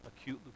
acute